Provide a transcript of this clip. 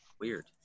weird